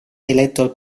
eletto